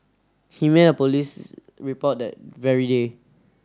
he made a police report that very day